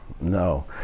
No